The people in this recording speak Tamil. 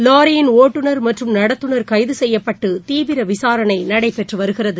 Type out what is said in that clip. லாரியின் ஒட்நர் மற்றம் நடத்தனர் கைது செய்யப்பட்டு தீவிர விசாரணை நடைபெற்றுவருகிறது